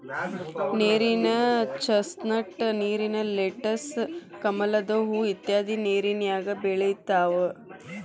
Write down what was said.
ನೇರಿನ ಚಸ್ನಟ್, ನೇರಿನ ಲೆಟಸ್, ಕಮಲದ ಹೂ ಇತ್ಯಾದಿ ನೇರಿನ್ಯಾಗ ಬೆಳಿತಾವ